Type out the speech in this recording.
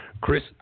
Chris